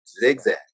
zigzag